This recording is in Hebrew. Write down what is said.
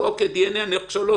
להיות להם השלכות לגבי חוקים אחרים.